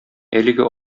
әлеге